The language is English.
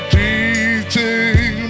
teaching